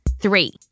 Three